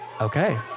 Okay